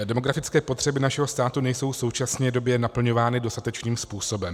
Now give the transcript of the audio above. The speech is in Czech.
Demografické potřeby našeho státu nejsou v současné době naplňovány dostatečným způsobem.